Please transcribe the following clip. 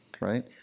right